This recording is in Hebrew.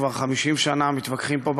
כבר 50 שנה מתווכחים פה,